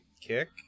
kick